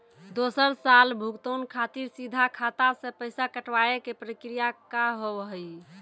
दोसर साल भुगतान खातिर सीधा खाता से पैसा कटवाए के प्रक्रिया का हाव हई?